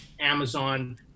Amazon